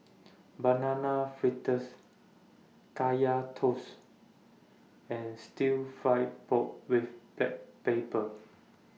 Banana Fritters Kaya Toast and Stir Fried Pork with Black Pepper